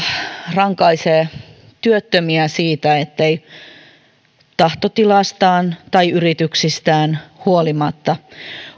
rankaisee työttömiä siitä etteivät he tahtotilastaan tai yrityksistään huolimatta